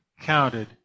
counted